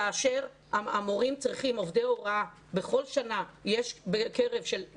כאשר המורים צריכים עובדי הוראה בכל שנה יש כ-1,600,